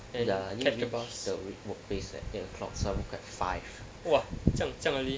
ya I need to reach the workplace at eight o'clock so I wake up at five